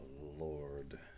Lord